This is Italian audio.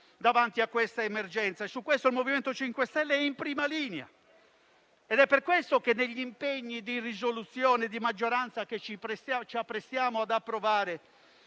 davanti a questa emergenza e su questo il MoVimento 5 Stelle è in prima linea. Ed è per questo che, negli impegni della proposta di risoluzione di maggioranza che ci apprestiamo ad approvare,